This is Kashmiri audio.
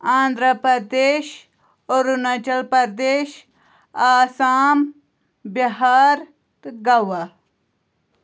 آندھرا پردیش اروٗناچَل پَردیش آسام بِہار تہٕ گَوا